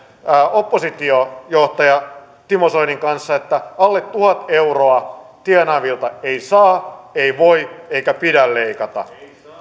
oppositiojohtajan timo soinin kanssa että alle tuhat euroa tienaavilta ei saa ei voi eikä pidä leikata